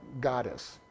goddess